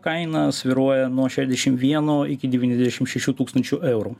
kaina svyruoja nuo šešiasdešim vieno iki devyniasdešim šešių tūkstančių eurų